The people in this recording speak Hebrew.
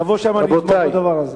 נבוא לשם ונגמור את העניין הזה.